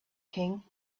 king